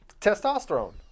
testosterone